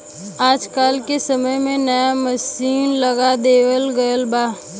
आज के समय में नया मसीन लगा देवल गयल बा